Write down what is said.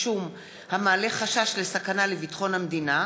בשאלה, התשע"ז 2017,